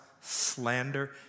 slander